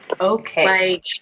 Okay